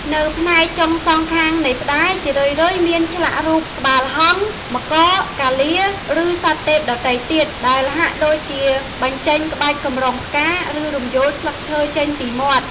នៅផ្នែកចុងសងខាងនៃផ្តែរ ជារឿយៗមានឆ្លាក់រូប ក្បាលហង្ស មករ កាលា ឬសត្វទេពដទៃទៀត ដែលហាក់ដូចជាបញ្ចេញក្បាច់កម្រងផ្កា ឬរំយោលស្លឹកឈើចេញពីមាត់។